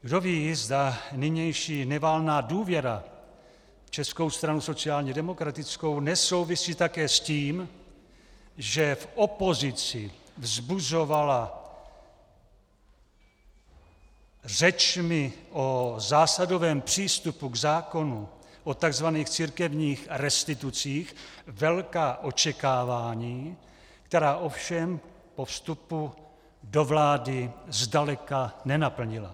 Kdo ví, zda nynější nevalná důvěra v Českou stranu sociálně demokratickou nesouvisí také s tím, že v opozici vzbuzovala řečmi o zásadovém přístupu k zákonu o takzvaných církevních restitucích velká očekávání, která ovšem po vstupu do vlády zdaleka nenaplnila.